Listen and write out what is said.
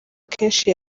akenshi